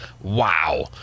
Wow